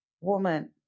woman